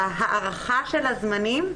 בהארכת הזמנים,